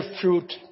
fruit